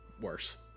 worse